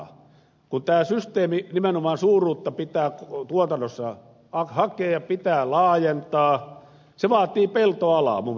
kun tämä systeemi nimenomaan hakee suuruutta tuotannossa pitää laajentaa niin se vaatii peltoalaa muun muassa kotieläintuotannossa